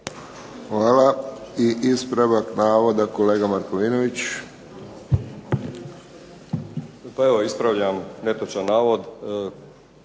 Hvala. I ispravak navoda, kolega Markovinović.